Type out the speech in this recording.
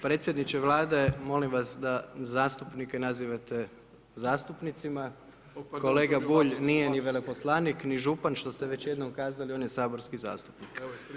Predsjedniče Vlade, molim vas da zastupnike nazivate zastupnicima, kolega Bulj nije ni veleposlanik, ni župan, što ste već jednom kazali, on je saborski zastupnik.